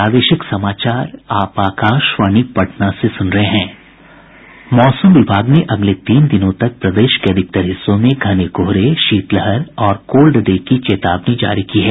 मौसम विभाग ने अगले तीन दिनों तक प्रदेश के अधिकतर हिस्सों में घने कोहरे शीतलहर और कोल्ड डे की चेतावनी जारी की है